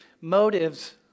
motives